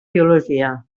biologia